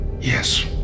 Yes